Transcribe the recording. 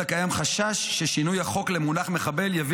אלא קיים חשש ששינוי החוק למונח מחבל יביא